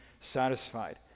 satisfied